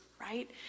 right